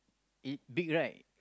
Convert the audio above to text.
it big right